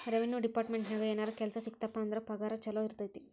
revenue ಡೆಪಾರ್ಟ್ಮೆಂಟ್ನ್ಯಾಗ ಏನರ ಕೆಲ್ಸ ಸಿಕ್ತಪ ಅಂದ್ರ ಪಗಾರ ಚೊಲೋ ಇರತೈತಿ